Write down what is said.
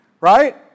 right